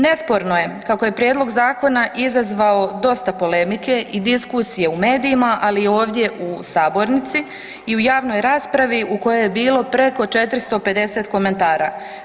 Nesporno je kako je prijedlog zakona izazvao dosta polemike i diskusije u medijima, ali i ovdje u sabornici i u javnoj raspravi u kojoj je bilo preko 450 komentara.